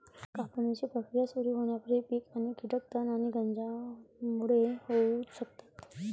कापणीची प्रक्रिया सुरू होण्यापूर्वी पीक आणि कीटक तण आणि गंजांमुळे होऊ शकतात